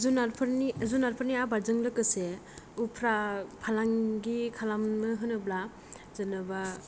जुनारफोरनि जुनारफोरनि आबादजों लोगोसे उफ्रा फालांगि खालामनो होनोब्ला जेनेबा